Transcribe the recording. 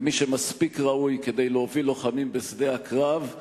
מי שמספיק ראוי כדי להוביל לוחמים בשדה הקרב,